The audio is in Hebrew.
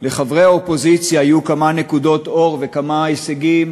לחברי האופוזיציה היו כמה נקודות אור וכמה הישגים